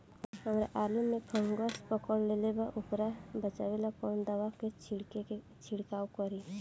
हमरा आलू में फंगस पकड़ लेले बा वोकरा बचाव ला कवन दावा के छिरकाव करी?